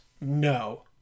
No